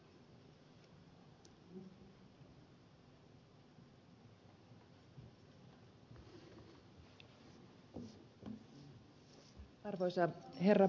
arvoisa herra puhemies